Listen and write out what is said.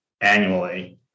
annually